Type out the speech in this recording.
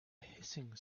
hissing